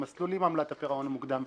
במסלול עם עמלת הפירעון המוקדם.